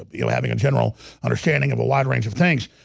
ah but you know, having a general understanding of a wide range of things